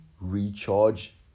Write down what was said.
recharge